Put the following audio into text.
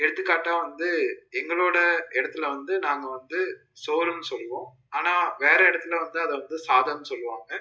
எடுத்துக்காட்டாக வந்து எங்களோடய இடத்தில் வந்து நாங்கள் வந்து சோறுன்னு சொல்லுவோம் ஆனால் வேறு இடத்துல வந்து அதை வந்து சாதம் சொல்லுவாங்க